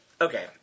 Okay